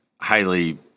highly